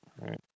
right